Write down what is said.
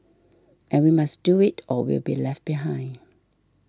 and we must do it or we'll be left behind